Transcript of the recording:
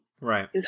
Right